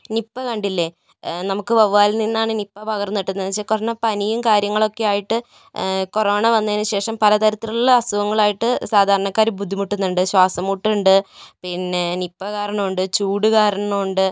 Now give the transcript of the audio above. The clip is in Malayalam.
നിപ കണ്ടില്ലേ നമുക്ക് വവ്വാലിൽ നിന്നാണ് നിപ പകർന്ന് കിട്ടുന്നതെന്ന് വച്ചാൽ കുറഞ്ഞ പനിയും കാര്യങ്ങളൊക്കെ ആയിട്ട് കൊറോണ വന്നതിന് ശേഷം പല തരത്തിലുള്ള അസുഖങ്ങളായിട്ട് സാധാരണക്കാർ ബുദ്ധിമുട്ടുന്നുണ്ട് ശ്വാസം മുട്ട് ഉണ്ട് പിന്നെ നിപ കാരണമുണ്ട് ചൂട് കാരണമുണ്ട്